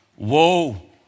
Woe